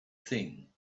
thing